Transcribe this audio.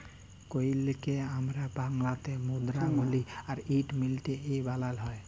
কইলকে আমরা বাংলাতে মুদরা বলি আর ইট মিলটে এ বালালো হয়